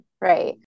right